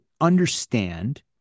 understand